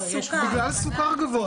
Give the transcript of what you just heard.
בגלל סוכר גבוה.